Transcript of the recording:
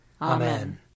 Amen